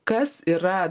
kas yra